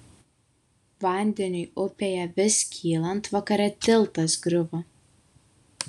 vandeniui upėje vis kylant vakare tiltas griuvo